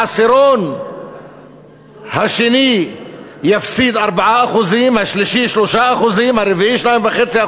העשירון השני יפסיד 4%, השלישי, 3%, הרביעי, 2.5%,